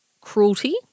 cruelty